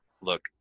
look